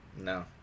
No